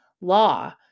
law